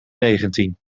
negentien